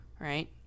right